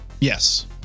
Yes